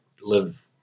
live